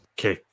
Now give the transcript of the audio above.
Okay